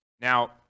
Now